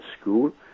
school